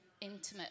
intimate